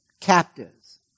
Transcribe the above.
captives